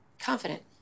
Confident